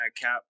cap